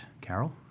Carol